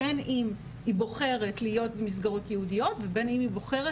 בין אם היא בוחרת להיות במסגרות ייעודיות ובין אם היא בוחרת